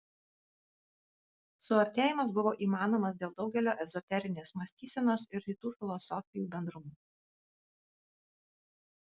suartėjimas buvo įmanomas dėl daugelio ezoterinės mąstysenos ir rytų filosofijų bendrumų